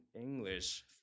English